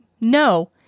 no